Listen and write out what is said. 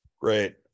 Great